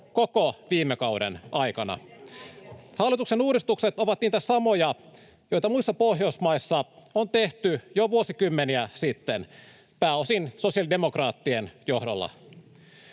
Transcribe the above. koko viime kauden aikana. Hallituksen uudistukset ovat niitä samoja, joita muissa Pohjoismaissa on tehty jo vuosikymmeniä sitten — pääosin sosiaalidemokraattien johdolla.